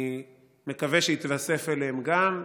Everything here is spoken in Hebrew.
אני מקווה שיתווסף אליהן גם,